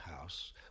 house